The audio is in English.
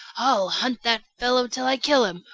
i'll hunt that fellow till i kill him,